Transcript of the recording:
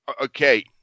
okay